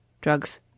drugs